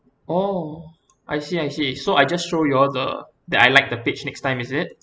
oh I see I see so I just show you all the that I like the page next time is it